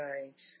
Right